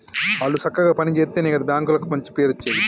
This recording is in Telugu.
ఆళ్లు సక్కగ పని జేత్తెనే గదా బాంకులకు మంచి పేరచ్చేది